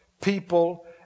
people